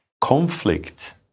Conflict